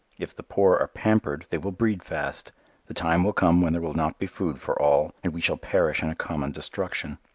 if the poor are pampered, they will breed fast the time will come when there will not be food for all and we shall perish in a common destruction.